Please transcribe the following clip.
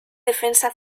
defensa